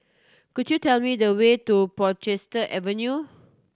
could you tell me the way to Portchester Avenue